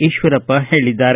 ಈಶ್ವರಪ್ಪ ಹೇಳಿದ್ದಾರೆ